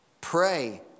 Pray